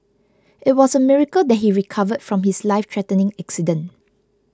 it was a miracle that he recovered from his lifethreatening accident